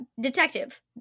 detective